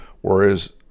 whereas